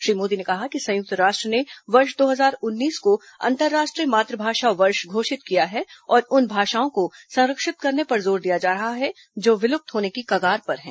श्री मोदी ने कहा कि संयुक्त राष्ट्र ने वर्ष दो हजार उन्नीस को अंतर्राष्ट्रीय मातृभाषा वर्ष घोषित किया है और उन भाषाओं को संरक्षित करने पर जोर दिया जा रहा है जो विलुप्त होने की कगार पर हैं